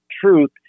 truth